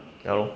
ya lor